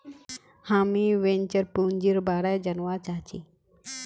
हामीं वेंचर पूंजीर बारे जनवा चाहछी